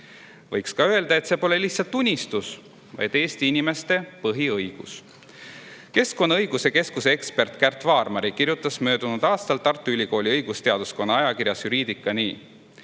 ka öelda, et see pole lihtsalt unistus, vaid Eesti inimeste põhiõigus. Keskkonnaõiguse Keskuse ekspert Kärt Vaarmari kirjutas möödunud aastal Tartu Ülikooli õigusteaduskonna ajakirjas Juridica nii: